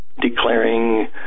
declaring